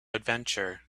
adventure